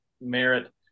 merit